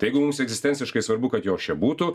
tai jeigu mums egzistenciškai svarbu kad jos čia būtų